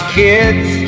kids